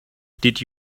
did